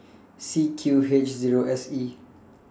C Q H Zero S E